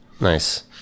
nice